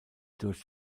durch